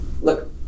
Look